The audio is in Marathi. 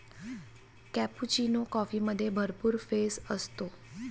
कॅपुचिनो कॉफीमध्ये भरपूर फेस असतो